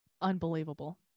Unbelievable